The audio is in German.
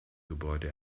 gebäude